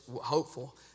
hopeful